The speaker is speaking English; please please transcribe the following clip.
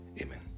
Amen